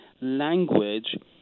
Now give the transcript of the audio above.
language